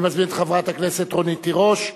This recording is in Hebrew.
אני מזמין את חברת הכנסת רונית תירוש.